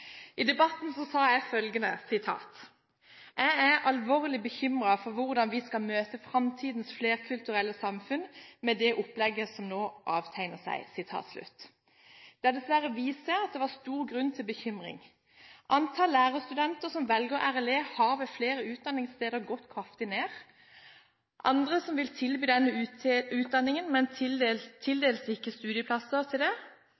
I debatten sa jeg følgende: «Jeg er alvorlig bekymret for hvordan vi skal møte framtidens flerkulturelle samfunn med det opplegget som nå avtegner seg.» Det har dessverre vist seg at det var stor grunn til bekymring. Antallet lærerstudenter som velger RLE, har ved flere utdanningssteder gått kraftig ned. Andre vil tilby denne utdanningen, men tildeles ikke studieplasser til det.